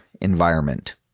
environment